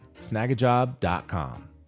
Snagajob.com